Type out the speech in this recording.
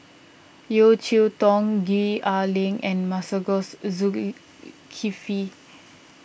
Yeo Cheow Tong Gwee Ah Leng and Masagos Zulkifli